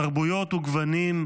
תרבויות וגוונים,